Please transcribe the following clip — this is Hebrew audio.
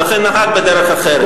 ולכן נהג בדרך אחרת.